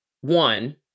one